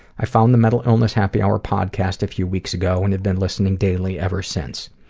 i've found the mental illness happy hour podcast a few weeks ago and have been listening daily ever since.